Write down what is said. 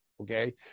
okay